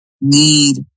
need